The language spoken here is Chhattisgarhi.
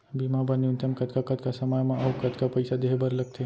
बीमा बर न्यूनतम कतका कतका समय मा अऊ कतका पइसा देहे बर लगथे